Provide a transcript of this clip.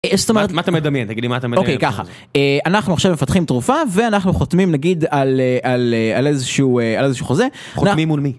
- זאת אומרת, מה אתה מדמיין, תגיד לי מה אתה מדמיין? - אוקיי ככה, אנחנו עכשיו מפתחים תרופה ואנחנו חותמים נגיד על איזשהו חוזה - חותמים מול מי?